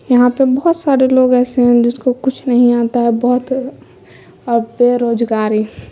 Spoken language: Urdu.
یہاں پہ بہت سارے لوگ ایسے ہیں جس کو کچھ نہیں آتا ہے بہت اور بےروزگاری